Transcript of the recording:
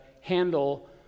handle